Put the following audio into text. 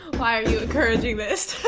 why are you encouraging this?